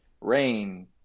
rain